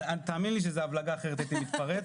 תאמיני לי שזו הבלגה, אחרת הייתי מתפרץ.